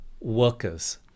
Workers